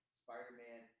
spider-man